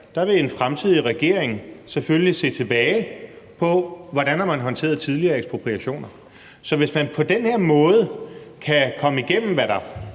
regering ved fremtidige sager selvfølgelig vil se tilbage på, hvordan man har håndteret tidligere ekspropriationer? Så hvis man på den her måde kan komme igennem, hvad der